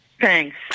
Thanks